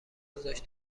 گذاشت